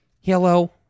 Hello